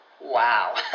Wow